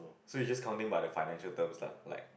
so you just counting by the financial terms lah like